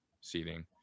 seating